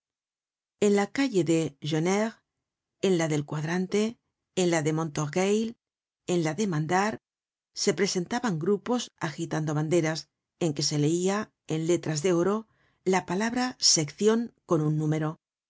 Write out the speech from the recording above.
en la calle de jeuneurs en la del cuadrante en la de montorgueil en la de mandar se presentaban grupos agitando banderas en que se leia en letras de oro la palabra seccion con un número